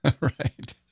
Right